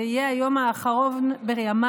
זה יהיה היום האחרון בימיו